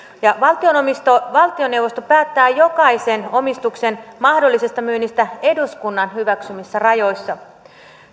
ja valtioneuvosto päättää jokaisen omistuksen mahdollisesta myynnistä eduskunnan hyväksymissä rajoissa